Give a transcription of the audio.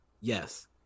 Yes